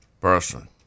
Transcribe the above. person